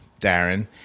Darren